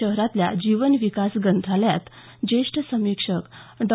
शहरातल्या जीवन विकास ग्रंथालयात ज्येष्ठ समीक्षक डॉ